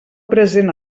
present